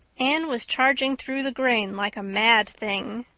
anne was charging through the grain like a mad thing.